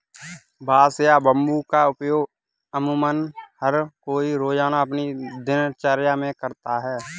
बांस या बम्बू का उपयोग अमुमन हर कोई रोज़ाना अपनी दिनचर्या मे करता है